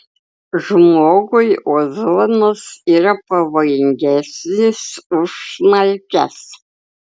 žmogui ozonas yra pavojingesnis už smalkes